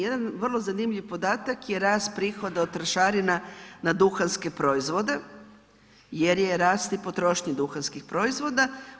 Jedan vrlo zanimljiv podatak je rast prihoda od trošarina na duhanske proizvode jer i raste potrošnja duhanskih proizvoda.